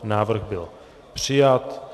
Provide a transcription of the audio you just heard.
Návrh byl přijat.